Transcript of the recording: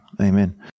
Amen